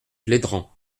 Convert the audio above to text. plédran